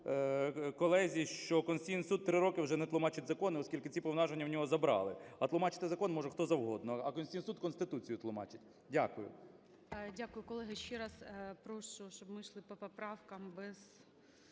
Дякую, колеги. Ще раз прошу, щоб ми йшли по поправкам без